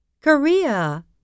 Korea